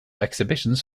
exhibitions